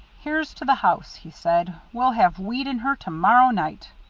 here's to the house! he said. we'll have wheat in her to-morrow night!